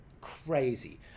crazy